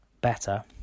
better